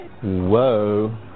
Whoa